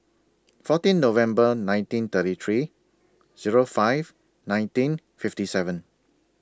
fourteen November nineteen thirty three Zero five nineteen fifty seven